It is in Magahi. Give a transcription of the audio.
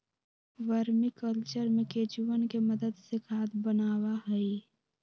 वर्मी कल्चर में केंचुवन के मदद से खाद बनावा हई